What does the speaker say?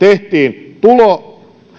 tehtiin